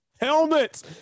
helmets